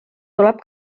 tuleb